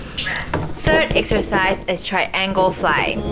third exercise is triangle fly